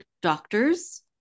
doctors